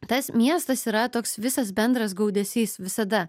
tas miestas yra toks visas bendras gaudesys visada